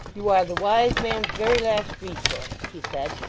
you are the wise man's very last resource he said,